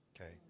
Okay